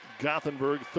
Gothenburg